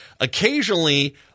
Occasionally